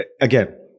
again